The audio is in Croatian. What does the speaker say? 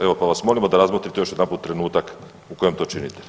Evo pa vas molimo da razmotrite još jedanput trenutak u kojem to činite.